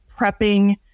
prepping